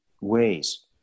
ways